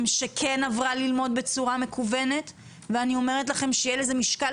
שכן עברה ללמוד בצורה מקוונת ואני אומרת לכם שיהיה לזה משקל